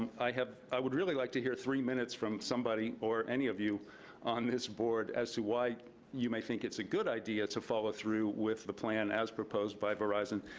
i have, i would really like to hear three minutes from somebody or any of you on this board as to why you may think it's a good idea to follow through with the plan as proposed by verizon.